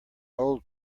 old